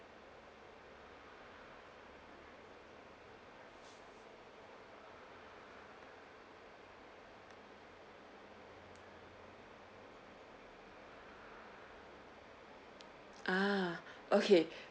ah okay